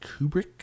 Kubrick